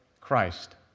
Christ